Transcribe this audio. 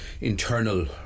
internal